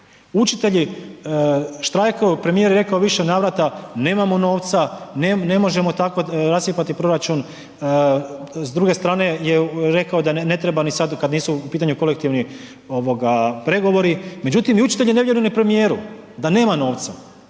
Učitelji štrajkaju premijer je rekao u više navrata nemamo novca, ne možemo tako rascjepkati proračun, s druge strane je rekao da ne treba ni sada kada nisu u pitanju kolektivni pregovori, međutim ni učitelji ne vjeruju premijeru da nema novca.